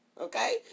okay